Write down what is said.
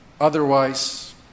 Otherwise